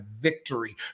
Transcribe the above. victory